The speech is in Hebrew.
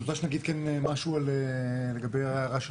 את רוצה שנגיד כאן משהו לגבי ההערה של